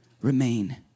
remain